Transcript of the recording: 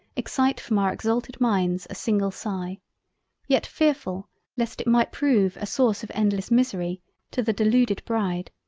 excite from our exalted minds a single sigh yet fearfull lest it might prove a source of endless misery to the deluded bride,